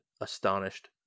astonished